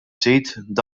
sit